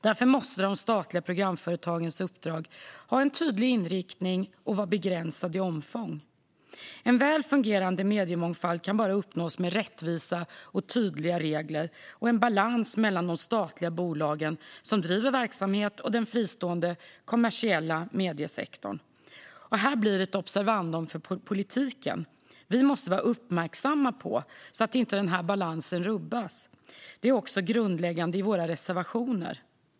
Därför måste de statliga programföretagens uppdrag ha en tydlig inriktning och vara begränsat i omfång. En väl fungerande mediemångfald kan bara uppnås med rättvisa och tydliga regler och en balans mellan de statliga bolag som driver verksamhet och den fristående kommersiella mediesektorn. Här blir ett observandum för politiken att vi måste vara uppmärksamma på att inte denna balans rubbas. Det är också grundläggande i våra reservationer.